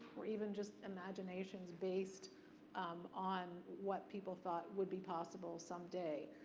or even just imaginations based um on what people thought would be possible some day.